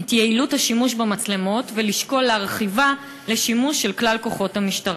את יעילות השימוש במצלמות ולשקול להרחיבו לשימוש של כלל כוחות המשטרה.